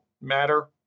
matter